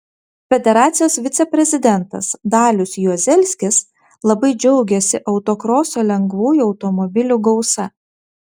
federacijos viceprezidentas dalius juozelskis labai džiaugėsi autokroso lengvųjų automobilių gausa